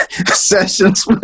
sessions